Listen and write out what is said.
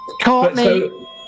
Courtney